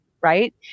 right